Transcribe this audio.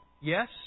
Yes